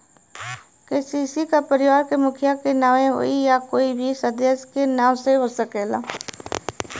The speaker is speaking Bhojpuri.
के.सी.सी का परिवार के मुखिया के नावे होई या कोई भी सदस्य के नाव से हो सकेला?